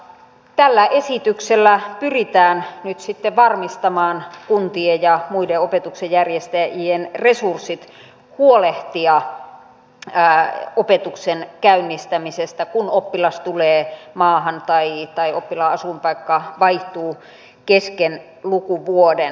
tällä esityksellä pyritään nyt sitten varmistamaan kuntien ja muiden opetuksen järjestäjien resurssit huolehtia opetuksen käynnistämisestä kun oppilas tulee maahan tai oppilaan asuinpaikka vaihtuu kesken lukuvuoden